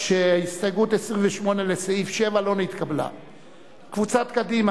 ההסתייגות של קבוצת סיעת קדימה,